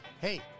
Hey